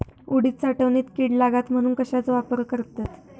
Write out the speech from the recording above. उडीद साठवणीत कीड लागात म्हणून कश्याचो वापर करतत?